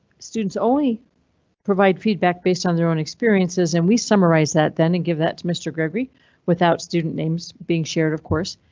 students only provide feedback based on their own experiences, and we summarize that then and give that to mr. gregory without student names being shared, of course,